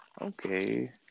Okay